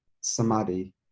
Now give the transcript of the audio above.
samadhi